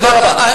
אגב,